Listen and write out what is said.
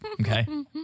okay